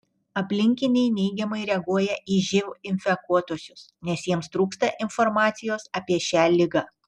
aplinkiniai neigiamai reaguoja į živ infekuotuosius nes jiems trūksta informacijos apie šią ligą